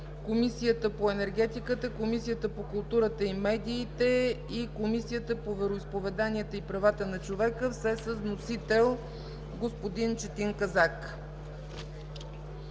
Комисията по енергетика; Комисията по културата и медиите; и Комисията по вероизповеданията и правата на човека, все с вносител господин Четин Казак.